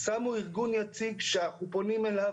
שמו ארגון יציג וכאשר אנחנו פונים אליו,